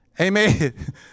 Amen